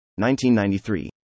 1993